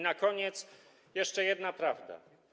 Na koniec jeszcze jedna prawda.